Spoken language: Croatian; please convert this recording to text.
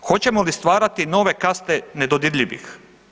Hoćemo li stvarati nove kaste nedodirljivih?